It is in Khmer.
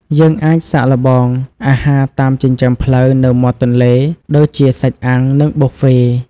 យើងអាចសាកល្បងអាហារតាមចិញ្ចើមផ្លូវនៅមាត់ទន្លេ ដូចជាសាច់អាំង និងប៊ូហ្វេ។